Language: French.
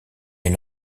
une